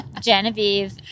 Genevieve